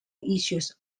issues